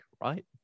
right